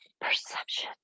Perception